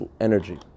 energy